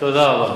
תודה רבה.